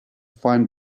fine